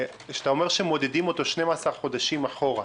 שאתה אומר שמודדים אותו 12 חודשים אחורה,